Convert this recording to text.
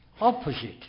opposite